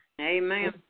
Amen